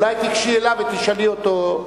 אולי תיגשי אליו ותשאלי אותו.